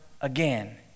again